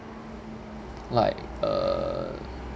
like uh